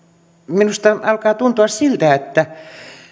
minusta alkaa tuntua siltä